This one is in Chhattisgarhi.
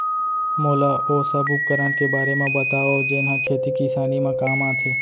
मोला ओ सब उपकरण के बारे म बतावव जेन ह खेती किसानी म काम आथे?